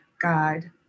God